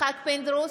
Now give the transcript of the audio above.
יצחק פינדרוס,